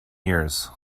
years